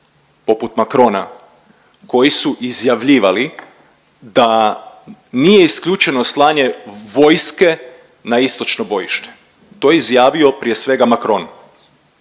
poput Macrona koji su izjavljivali da nije isključeno slanje vojske na istočno bojište. To je izjavio prije svega Macron.